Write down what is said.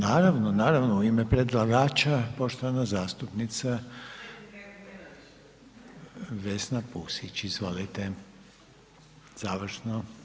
Hvala. naravno, naravno, u ime predlagača, poštovana zastupnica Vesna Pusić, izvolite, završno.